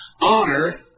honor